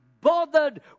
bothered